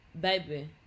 baby